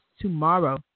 tomorrow